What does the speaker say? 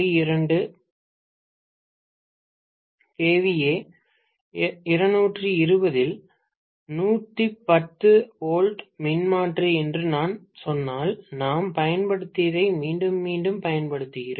2 kVA 220 இல் 110 V மின்மாற்றி என்று நான் சொன்னால் நாம் பயன்படுத்தியதை மீண்டும் மீண்டும் பயன்படுத்துகிறேன்